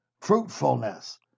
fruitfulness